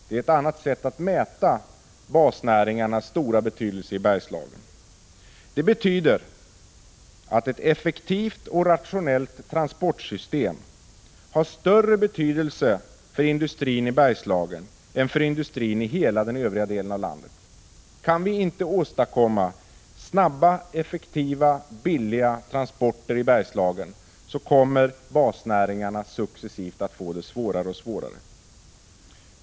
Det är ett sätt att mäta basnäringarnas stora betydelse i Bergslagen. Ett effektivt och rationellt transportsystem har således större betydelse för industrin i Bergslagen än för industrin i övriga delar av landet. Om vi inte kan åstadkomma snabba, effektiva och billiga transporter i Bergslagen, kommer basnäringarna där successivt att få det allt svårare.